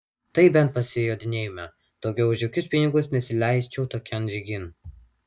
tai bent pasijodinėjome daugiau už jokius pinigus nesileisčiau tokian žygin